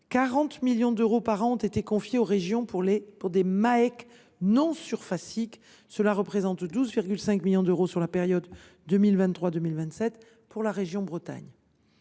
40 millions d’euros par an ont été confiés aux régions pour financer des Maec non surfaciques ; cela représente 12,5 millions d’euros sur la période 2023 2027 pour la région Bretagne.